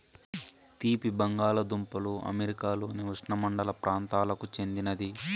తీపి బంగాలదుంపలు అమెరికాలోని ఉష్ణమండల ప్రాంతాలకు చెందినది